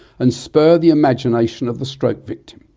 and spur the imagination of the stroke victim.